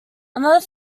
another